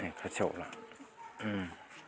खाथियाव